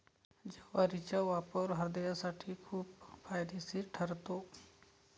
ज्वारीचा वापर हृदयासाठी खूप फायदेशीर ठरतो